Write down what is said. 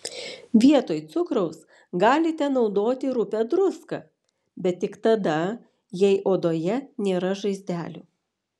vietoj cukraus galite naudoti rupią druską bet tik tada jei odoje nėra žaizdelių